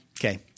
Okay